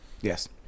Yes